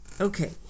Okay